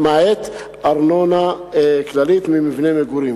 למעט ארנונה כללית ממבני מגורים,